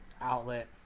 outlet